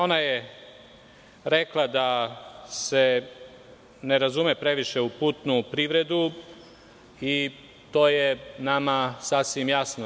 Ona je rekla da se ne razume previše u putnu privredu i to je nama sasvim jasno.